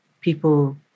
people